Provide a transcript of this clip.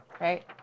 right